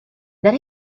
let